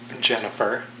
Jennifer